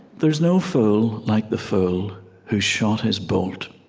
there's no fool like the fool who's shot his bolt.